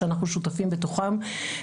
שאנחנו שותפים בתוכם,